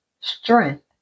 strength